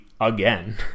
again